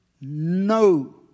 No